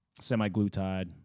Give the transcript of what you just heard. semi-glutide